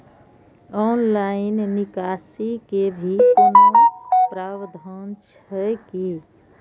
Online निकासी के भी कोनो प्रावधान छै की?